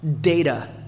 data